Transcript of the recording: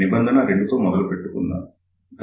నిబంధన 2 తో మొదలు పెట్టుకుందాంΓins1